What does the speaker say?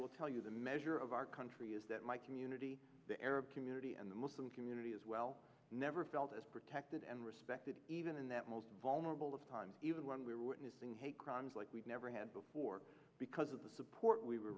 will tell you the measure of our country is that my community the arab community and the muslim community as well never felt as protected and respected even in that most vulnerable of times even when we're witnessing hate crimes like we've never had before because of the support we were